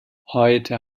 heute